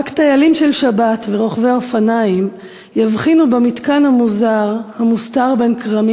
"רק טיילים של שבת ורוכבי אופניים יבחינו/ במתקן המוזר המוסתר בין כרמים